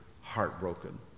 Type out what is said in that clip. heartbroken